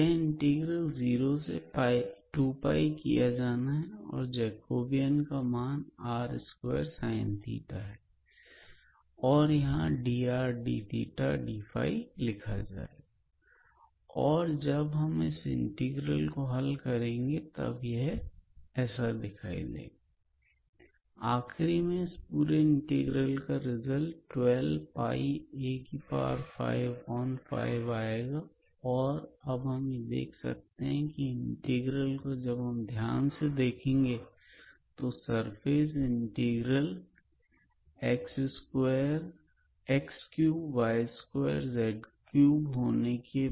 यह इंटीग्रल 0 से 2 किया जाना है और जकोबियन का मान r2sin होगा और यहां 𝑑𝑟𝑑𝜃𝑑𝜑 लिखा जाएगा और जब हम इस इंटीग्रल को हल कर लेंगे तब यह ऐसा दिखाई देगा आखरी में इस पूरे इंटीग्रल का रिजल्ट 12a55आएगा और अब हम यह देख सकते हैं कि इंटीग्रल को जब हम ध्यान से देखेंगे तो सरफेस इंटीग्रल होने की